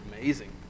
amazing